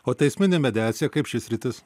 o teisminė mediacija kaip ši sritis